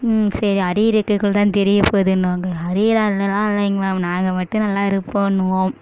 சரி அரியர் இருக்கற குள்ள தான் தெரியபோதுன்வாங்க அரியர் அதெல்லாம் இல்லைங்க மேம் நாங்கள் மட்டும் நல்லா இருப்போன்னுவோம்